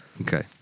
Okay